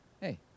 Hey